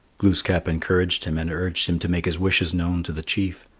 glooskap encouraged him and urged him to make his wishes known to the chief.